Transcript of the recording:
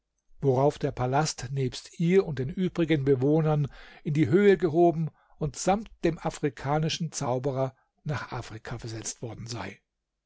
worauf der palast nebst ihr und den übrigen bewohnern in die höhe gehoben und samt dem afrikanischen zauberer nach afrika versetzt worden sei